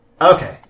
Okay